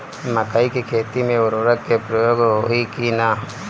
मकई के खेती में उर्वरक के प्रयोग होई की ना?